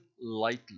lightly